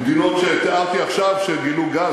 מדינות שתיארתי עכשיו שגילו גז.